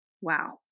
Wow